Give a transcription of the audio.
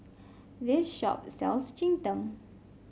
this shop sells Cheng Tng